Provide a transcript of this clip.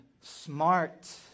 smart